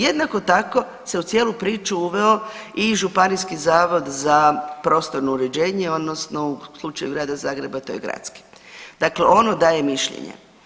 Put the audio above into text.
Jednako tako se u cijelu priču uveo županijski zavod za prostorno uređenje odnosno u slučaju Grada Zagreba to je gradski, dakle ono daje mišljenje.